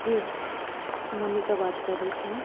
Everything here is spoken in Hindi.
जी मोनिका बात कर रही थी मैं